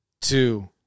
two